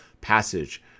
passage